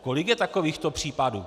Kolik je takovýchto případů?